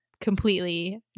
completely